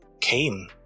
came